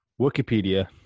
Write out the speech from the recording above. Wikipedia